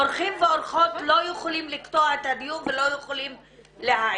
אורחים ואורחות לא יכולים לקטוע את הדיון ולא יכולים להעיר.